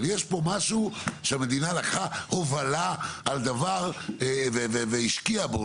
אבל יש פה משהו שהמדינה לקחה הובלה על דבר והשקיעה בו,